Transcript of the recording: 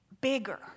bigger